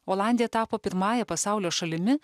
olandija tapo pirmąja pasaulio šalimi